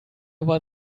over